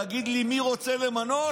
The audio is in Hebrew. תגיד לי מי רוצה למנות,